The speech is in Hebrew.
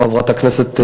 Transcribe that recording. חברת הכנסת מיכאלי,